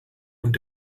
und